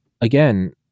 Again